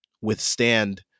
withstand